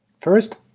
first,